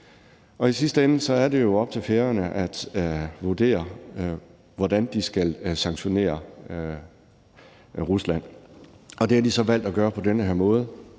I sidste ende er det jo op til Færøerne at vurdere, hvordan de skal sanktionere Rusland, og det har de så valgt at gøre på den her måde.